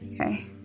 Okay